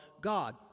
God